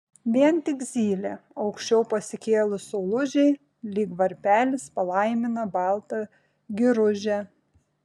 vien tik zylė aukščiau pasikėlus saulužei lyg varpelis palaimina baltą giružę